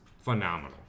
phenomenal